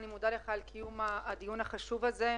אני מודה לך על קיום הדיון החשוב הזה.